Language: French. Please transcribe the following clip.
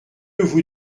vous